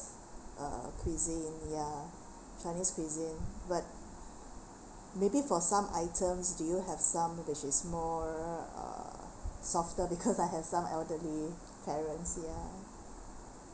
uh cuisine ya chinese cuisine but maybe for some items do you have some which is more uh softer because I have some ederly parents ya